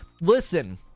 Listen